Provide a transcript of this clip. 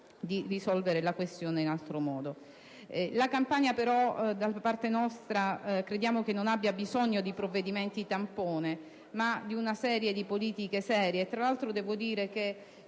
di risolvere la questione in altro modo. La Campania, però, crediamo non abbia bisogno di provvedimenti tampone, ma di un insieme di politiche serie. Tra l'altro, devo dire che